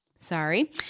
sorry